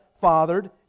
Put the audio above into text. fathered